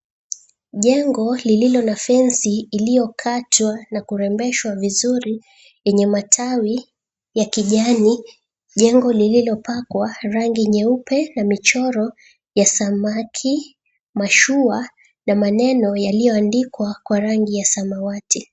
Jengo lililo na fensi iliyokatwa na kurembeshwa vizuri yenye matawi ya kijani, jengo lililopakwa rangi nyeupe na michoro ya samaki, mashua na maneno yaliyoandikwa kwa rangi ya samawati.